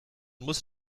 muss